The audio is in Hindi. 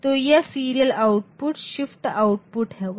तो यह सीरियल आउटपुट शिफ्ट आउटपुट होगा